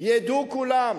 ידעו כולם: